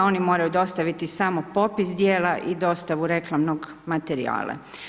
Oni moraju dostaviti samo popis djela i dostavu reklamnog materijala.